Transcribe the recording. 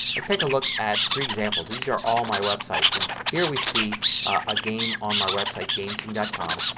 let's take a look at three examples. these are all my websites. and here we see a game on my website, game scene com.